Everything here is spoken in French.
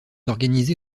organisé